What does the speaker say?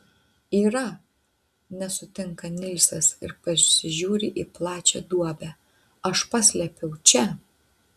yra nesutinka nilsas ir pasižiūri į plačią duobę aš paslėpiau čia